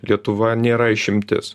lietuva nėra išimtis